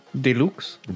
Deluxe